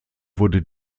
wurde